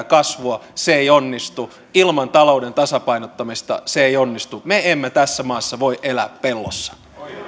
kasvua se ei onnistu ilman talouden tasapainottamista se ei onnistu me emme tässä maassa voi elää pellossa